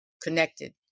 connected